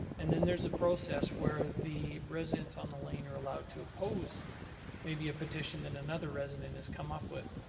and then there's a process where the residents on the lane are allowed to oppose maybe a petition that another resident has come up with.